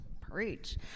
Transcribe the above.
Preach